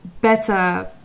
better